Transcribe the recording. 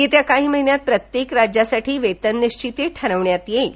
येत्या काही महिन्यात प्रत्येक राज्यासाठी वेतन निश्चिती ठरविण्यात येईल